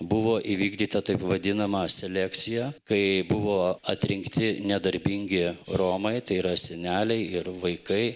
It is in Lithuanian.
buvo įvykdyta taip vadinama selekcija kai buvo atrinkti nedarbingi romai tai yra seneliai ir vaikai